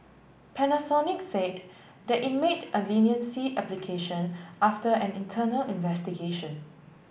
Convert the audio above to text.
Panasonic said that it made a leniency application after an internal investigation